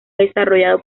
desarrollado